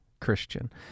Christian